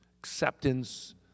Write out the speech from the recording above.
acceptance